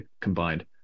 combined